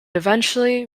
eventually